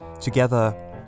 together